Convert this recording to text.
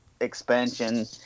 expansion